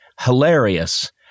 hilarious